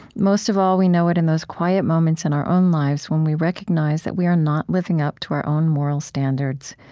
most of all we know it in those quiet moments in our own lives when we recognize that we are not living up to our own moral standards,